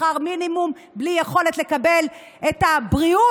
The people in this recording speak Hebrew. שכר מינימום בלי יכולת לקבל את הבריאות.